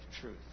Truth